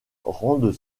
rendent